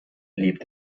lebt